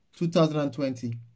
2020